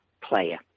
player